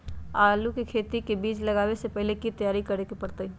आलू के बीज के लगाबे से पहिले की की तैयारी करे के परतई?